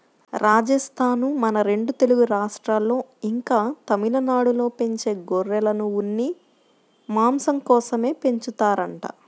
రాజస్థానూ, మన రెండు తెలుగు రాష్ట్రాల్లో, ఇంకా తమిళనాడులో పెంచే గొర్రెలను ఉన్ని, మాంసం కోసమే పెంచుతారంట